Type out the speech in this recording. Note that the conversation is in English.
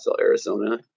Arizona